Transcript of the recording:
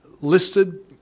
listed